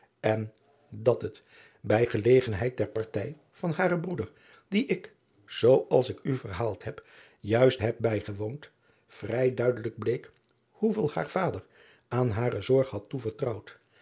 en dat het bij gelegenheid der partij van haren broeder die ik zoo als ik u verhaald heb juist heb bijgewoond vrij duidelijk bleek hoeveel haar vader aan hare zorg had toevertrouwd